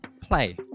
play